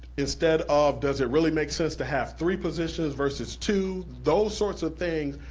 instead of does it really make sense to have three positions versus two, those sorts of things,